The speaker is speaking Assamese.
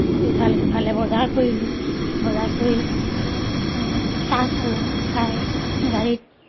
ইফাল সিফালে বজাৰ কৰিলোঁ বজাৰ কৰি চাহ খালোঁ খাই গাড়ীত